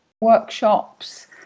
workshops